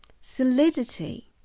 solidity